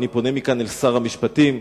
אני פונה מכאן לשר המשפטים,